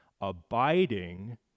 abiding